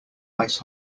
ice